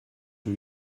you